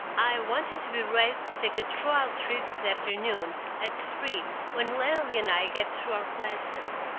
i want you to be ready to take a trial trip this afternoon at three when leslie and i get through our classes.